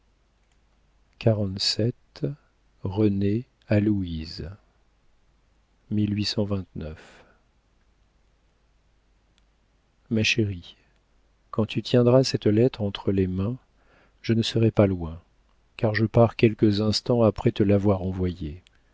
renée a louise ma chérie quand tu tiendras cette lettre entre les mains je ne serai pas loin car je pars quelques instants après te l'avoir envoyée